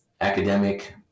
academic